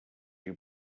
you